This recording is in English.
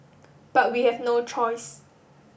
but we have no choice